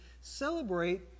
celebrate